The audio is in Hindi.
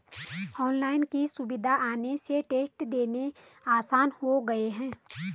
ऑनलाइन की सुविधा आने से टेस्ट देना आसान हो गया है